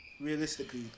Realistically